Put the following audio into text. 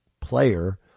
player